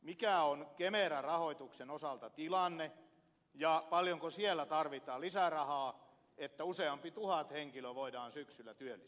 mikä on kemera rahoituksen osalta tilanne ja paljonko siellä tarvitaan lisärahaa että useampi tuhat henkilöä voidaan syksyllä työllistää